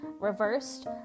Reversed